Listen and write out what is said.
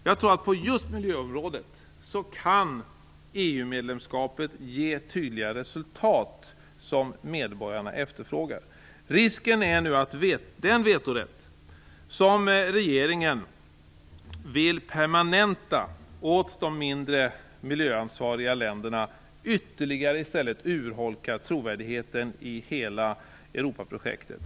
Jag tror att EU-medlemskapet just på miljöområdet kan ge tydliga resultat som medborgarna efterfrågar. Risken är nu att den vetorätt som regeringen vill permanenta åt de mindre miljöansvariga länderna i stället ytterligare urholkar trovärdigheten i hela Europaprojektet.